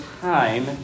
time